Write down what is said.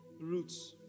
roots